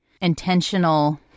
intentional